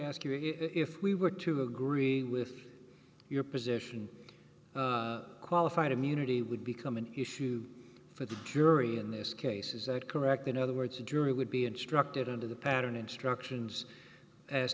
ask you if we were to agree with your position qualified immunity would become an issue for the jury in this case is that correct in other words the jury would be instructed under the pattern instructions as